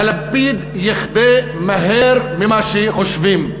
הלפיד יכבה מהר ממה שחושבים.